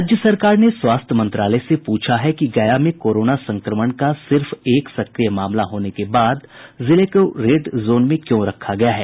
राज्य सरकार ने स्वास्थ्य मंत्रालय से प्रछा है कि गया में कोरोना संक्रमण का सिर्फ एक सक्रिय मामला होने के बाद भी जिले को रेड जोन में क्यों रखा गया है